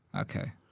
Okay